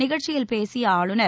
நிகழ்ச்சியில் பேசிய ஆளுநர்